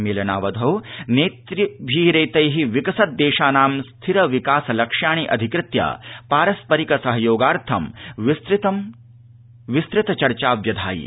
मेलनावधौ नेतृभिरेतै विकसद देशानां स्थिर विकास लक्ष्याणि अधिकृत्य पारस्परिक सहयोगार्थ विस्तृत चर्चा व्यधायि